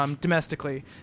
Domestically